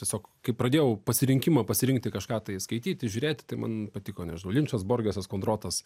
tiesiog kai pradėjau pasirinkimą pasirinkti kažką tai skaityti žiūrėti tai man patiko nežinau linčas borgesas kondrotas